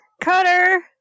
cutter